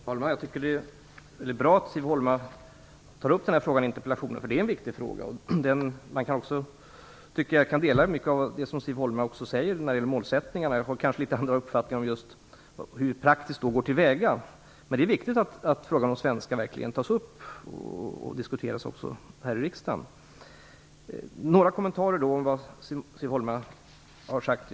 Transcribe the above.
Herr talman! Jag tycker att det är väldigt bra att Siv Holma tar upp denna fråga i interpellationen. Det är en viktigt fråga. Jag kan dela många av de åsikter Siv Holma har när det gäller målsättningarna. Jag har kanske litet andra uppfattningar om hur vi praktiskt går till väga, men det är viktigt att frågan om svenskan verkligen tas upp och att den diskuteras också här i riksdagen. Jag vill göra några kommentarer till det Siv Holma har sagt.